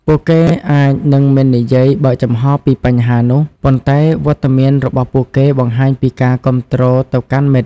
ពួកគេអាចនឹងមិននិយាយបើកចំហពីបញ្ហានោះ ប៉ុន្តែវត្តមានរបស់ពួកគេបង្ហាញពីការគាំទ្រទៅកាន់មិត្ត។